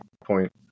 point